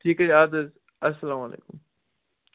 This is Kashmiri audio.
ٹھیٖک حظ اَدٕ حظ اَلسلامُ علیکُم